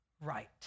right